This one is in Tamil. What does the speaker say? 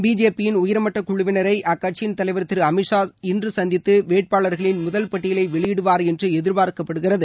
பிஜேபியின் உயர்மட்டக் குழுவினரை அக்கட்சியின் தலைவர் திரு அமித் ஷா இன்று சந்தித்து வேட்பாளர்களின் முதல் பட்டியலை வெளியிடுவார் என்று எதிர்பார்க்கப்படுகிறது